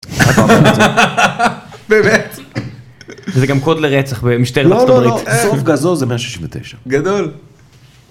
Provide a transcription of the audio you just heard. באמת? זה גם קוד לרצח במשטרת ארצות הברית. לא לא לא. סוף גדול זה 169. גדול.